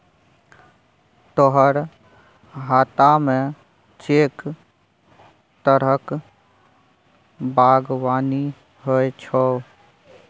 तोहर हातामे कैक तरहक बागवानी होए छौ